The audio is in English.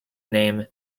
name